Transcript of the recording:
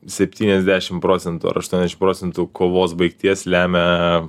septyniasdešim procentų ar aštuoniasdešim procentų kovos baigties lemia